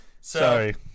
Sorry